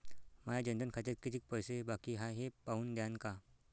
माया जनधन खात्यात कितीक पैसे बाकी हाय हे पाहून द्यान का?